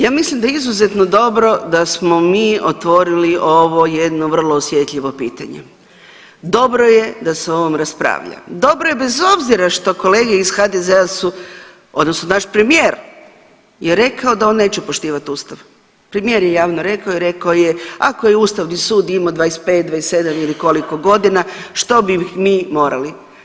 Ja mislim da je izuzetno dobro da smo mi otvorili ovo jedno vrlo osjetljivo pitanje, dobro je da se o ovom raspravlja, dobro je bez obzira što kolege iz HDZ-a su odnosno naš premijer je rekao da on neće poštivati ustav, premijer je javno rekao i rekao je ako je ustavni sud imao 25, 27 ili koliko godina što bi mi morali.